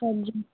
ਹਾਂਜੀ